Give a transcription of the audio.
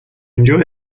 enjoy